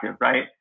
Right